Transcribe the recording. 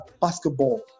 basketball